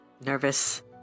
Nervous